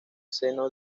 seno